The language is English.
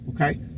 okay